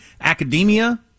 academia